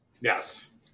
Yes